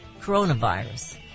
coronavirus